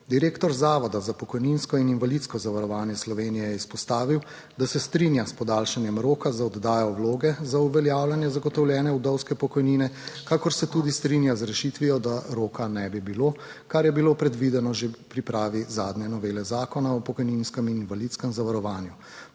Direktor Zavoda za pokojninsko in invalidsko zavarovanje Slovenije je izpostavil, da se strinja s podaljšanjem roka za oddajo vloge za uveljavljanje zagotovljene vdovske pokojnine, kakor se tudi strinja z rešitvijo, da roka ne bi bilo, kar je bilo predvideno že v pripravi zadnje novele Zakona o pokojninskem in invalidskem zavarovanju.